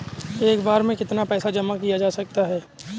एक बार में कितना पैसा जमा किया जा सकता है?